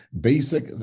basic